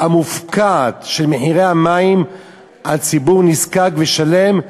המופקעת של מחירי המים אל ציבור נזקק שלם,